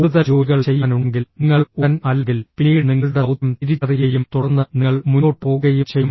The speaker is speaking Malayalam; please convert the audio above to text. കൂടുതൽ ജോലികൾ ചെയ്യാനുണ്ടെങ്കിൽ നിങ്ങൾ ഉടൻ അല്ലെങ്കിൽ പിന്നീട് നിങ്ങളുടെ ദൌത്യം തിരിച്ചറിയുകയും തുടർന്ന് നിങ്ങൾ മുന്നോട്ട് പോകുകയും ചെയ്യും